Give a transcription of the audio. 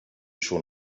schon